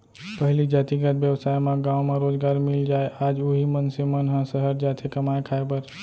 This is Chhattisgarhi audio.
पहिली जातिगत बेवसाय म गाँव म रोजगार मिल जाय आज उही मनसे मन ह सहर जाथे कमाए खाए बर